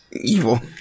Evil